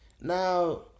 now